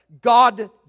God